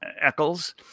Eccles